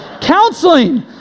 counseling